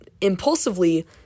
impulsively